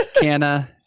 Canna